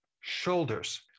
shoulders